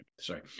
sorry